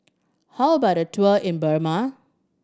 how about a tour in Burma